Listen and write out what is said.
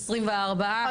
24. נכון.